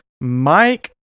Mike